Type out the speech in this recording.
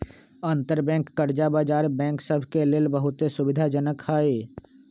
अंतरबैंक कर्जा बजार बैंक सभ के लेल बहुते सुविधाजनक हइ